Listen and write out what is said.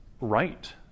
right